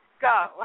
Go